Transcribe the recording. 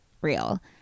real